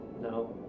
No